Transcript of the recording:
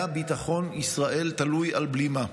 היה ביטחון ישראל תלוי על בלימה.